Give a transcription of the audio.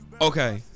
Okay